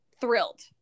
thrilled